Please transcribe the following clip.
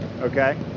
okay